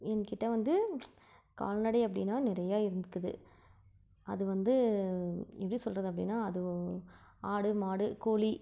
என்கிட்ட வந்து கால்நடை அப்படின்னா நிறையா இருந்துருக்குது அது வந்து எப்படி சொல்கிறது அப்படின்னா அது ஆடு மாடு கோழி